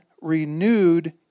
renewed